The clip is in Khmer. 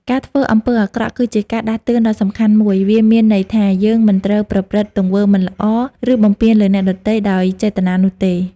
ការធ្វើអំពើអាក្រក់ គឺជាការដាស់តឿនដ៏សំខាន់មួយ វាមានន័យថា យើងមិនត្រូវប្រព្រឹត្តទង្វើមិនល្អ ឬបំពានលើអ្នកដទៃដោយចេតនានោះទេ។